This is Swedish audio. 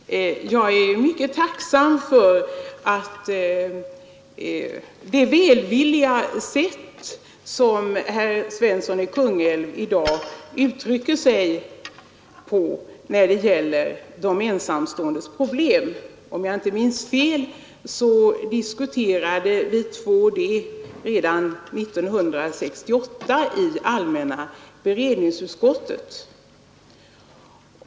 Herr talman! Jag är mycket tacksam för det välvilliga sätt som herr Svensson i Kungälv i dag uttrycker sig på när det gäller de ensamståendes problem. Om jag inte minns fel diskuterade vi två detta problem redan 1968 i allmänna beredningsutskottet.